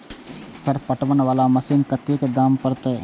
Sir पटवन वाला machine के कतेक दाम परतें?